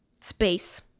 space